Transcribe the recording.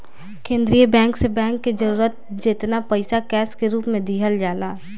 केंद्रीय बैंक से बैंक के जरूरत जेतना पईसा कैश के रूप में दिहल जाला